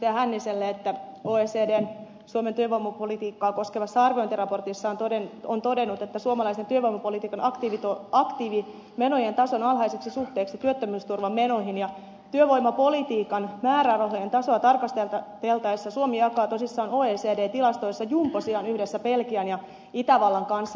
hänniselle että oecd on suomen työvoimapolitiikkaa koskevassa arviointiraportissaan todennut suomalaisen työvoimapolitiikan aktiivimenojen tason alhaiseksi suhteessa työttömyysturvan menoihin ja työvoimapolitiikan määrärahojen tasoa tarkasteltaessa suomi jakaa tosissaan oecd tilastoissa jumbosijan yhdessä belgian ja itävallan kanssa